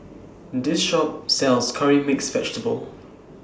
This Shop sells Curry Mixed Vegetable